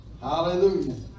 Hallelujah